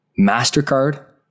MasterCard